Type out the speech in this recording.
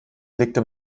legte